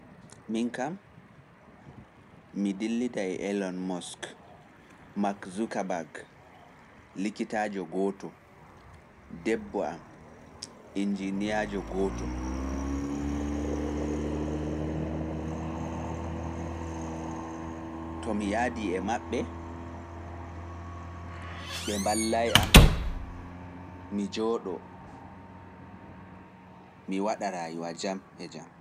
Min kam, mi dillida e Elon Musk, Mark Zuckerberg likitaajo gooto, debbo am, injiiniyaajo gooto. To mi yaadii e maɓɓe, ɓe mballaay am, mi jooɗoo, mi waɗa raayuwa jam e jam.